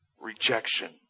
rejection